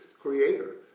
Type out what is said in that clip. creator